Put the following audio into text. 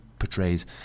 portrays